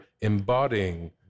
embodying